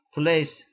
place